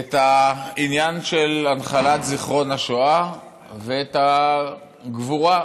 את העניין של הנחלת זיכרון השואה ואת הגבורה,